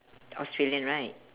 australian right